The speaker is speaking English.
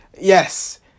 Yes